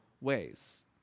ways